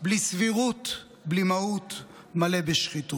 / בלי סבירות, בלי מהות, מלא בשחיתות.